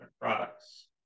products